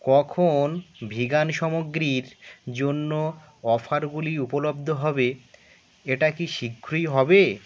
কখন ভিগান সামগ্রীর জন্য অফারগুলি উপলব্ধ হবে এটা কি শীঘ্রই হবে